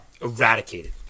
Eradicated